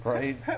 Right